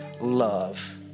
love